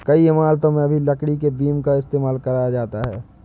कई इमारतों में भी लकड़ी के बीम का इस्तेमाल करा जाता है